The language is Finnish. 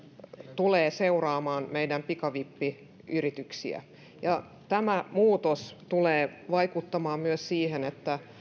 tulee seuraamaan meidän pikavippiyrityksiä tämä muutos tulee vaikuttamaan myös siihen että